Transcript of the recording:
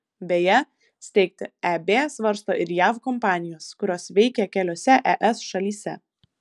beje steigti eb svarsto ir jav kompanijos kurios veikia keliose es šalyse